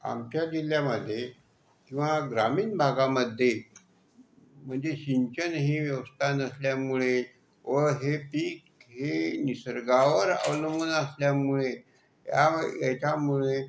आमच्या जिल्ह्यामध्ये किंवा ग्रामीण भागामध्ये म्हणजे सिंचन ही व्यवस्था नसल्यामुळे व हे पीक हे निसर्गावर अवलंबून असल्यामुळे ह्या ह्याच्यामुळे